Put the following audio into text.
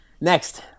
Next